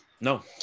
No